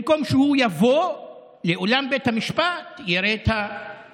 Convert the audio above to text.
במקום שהוא יבוא לאולם בית המשפט, יראה את המשפחה,